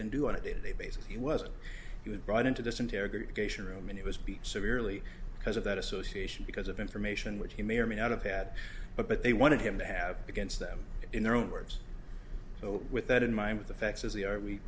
n do on a day to day basis he wasn't he was brought into this interrogation room and it was be severely because of that association because of information which he may or may not have had but they wanted him to have against them in their own words so with that in mind with the facts as they are we